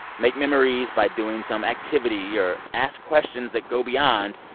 make memories by doing some activity or ask questions that go beyond,